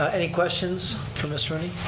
any questions for ms. rooney?